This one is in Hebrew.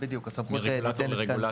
מרגולטור לרגולטור.